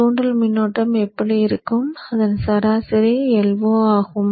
தூண்டல் மின்னோட்டம் எப்படி இருக்கும் அதன் சராசரி Io ஆகும்